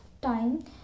time